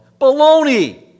Baloney